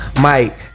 Mike